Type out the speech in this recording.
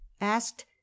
asked